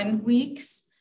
weeks